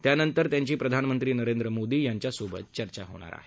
त्यानंतर त्यांची प्रधानमंत्री नरेंद्र मोदींबरोबर चर्चा होणार आहे